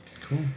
cool